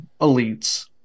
elites